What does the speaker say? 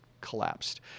collapsed